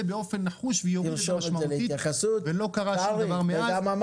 באופן נחוש ויוריד משמעותית ולא קרה שום דבר מאז.